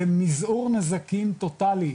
למזעור נזקים טוטלי,